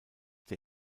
der